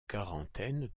quarantaine